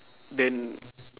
then